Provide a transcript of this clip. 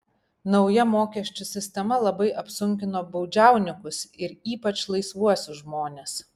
nauja mokesčių sistema labai apsunkino baudžiauninkus ir ypač laisvuosius žmones